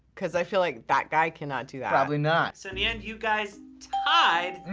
cause i feel like that guy cannot do that. probably not. so, in the end, you guys tied.